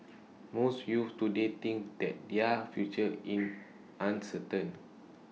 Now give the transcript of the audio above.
most youths today think that their future in uncertain